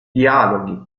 dialoghi